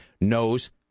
knows